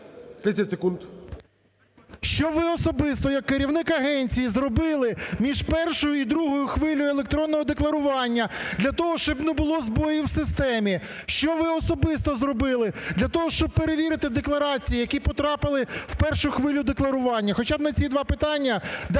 ВЛАСЕНКО С.В. …що ви особисто як керівник агенції зробили між першою і другою хвилею електронного декларування для того, щоб не було збоїв в системі? Що ви особисто зробили для того, щоб перевірити декларації, які потрапили в першу хвилю декларування? Хоча б на ці два питання